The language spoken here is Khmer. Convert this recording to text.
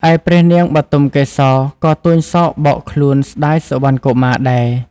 ឯព្រះនាងបុទមកេសរ ក៏ទួញសោកបោកខ្លួនស្តាយសុវណ្ណកុមារដែរ។